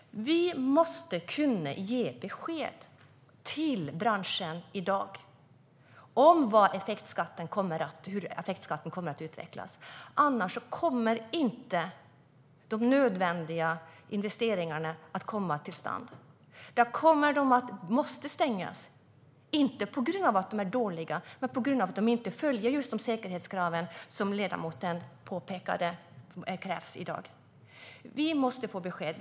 Vi måste kunna ge besked till branschen i dag om hur effektskatten kommer att utvecklas. Annars kommer inte de nödvändiga investeringarna att komma till stånd. Då måste kärnkraftverken stängas, inte på grund av att de är dåliga utan på grund av att de inte följer just de säkerhetskrav som ledamoten påpekade krävs i dag. Vi måste få besked.